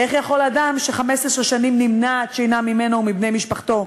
איך יכול אדם ש-15 שנים נמנעת שינה ממנו ומבני משפחתו,